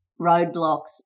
roadblocks